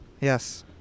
Yes